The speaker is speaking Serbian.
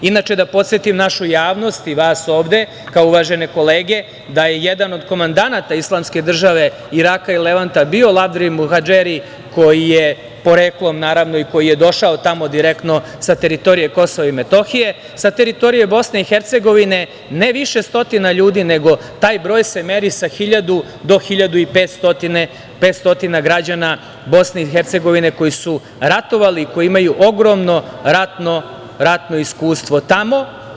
Inače, da podsetim našu javnost i vas ovde, kao uvažene kolege, da je jedan od komandanata Islamske države Iraka i Levanta bio Lavdrim Muhadžeri, koji je poreklom i koji je došao tamo direktno sa teritorije Kosova i Metohije, sa teritorije Bosne i Hercegovine ne više stotina ljudi, nego se taj broj meri sa 1.000 do 1.500 građana Bosne i Hercegovine koji su ratovali i koji imaju ogromno ratno iskustvo tamo.